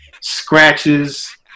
scratches